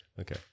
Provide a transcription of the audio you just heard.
okay